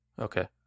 okay